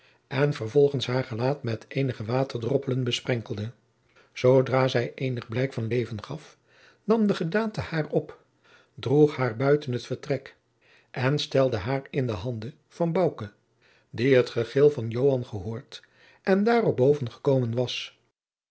en vervolgens haar gelaat met eenige waterdroppelen besprenkelde zoodra zij eenig blijk van leven gaf nam de gedaante haar op droeg haar buiten het vertrek en stelde haar in de handen van bouke die het gegil van joan gehoord en daarop boven gekomen was